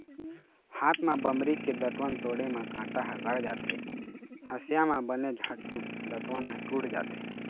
हाथ म बमरी के दतवन तोड़े म कांटा ह गड़ जाथे, हँसिया म बने झटकून दतवन ह टूट जाथे